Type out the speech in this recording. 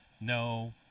no